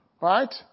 Right